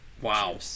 Wow